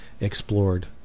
explored